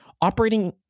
operating